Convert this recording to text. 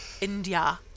India